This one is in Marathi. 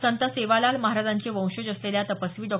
संत सेवालाल महाराजांचे वंशज असलेल्या तपस्वी डॉ